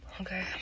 okay